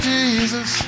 Jesus